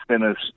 finished